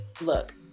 look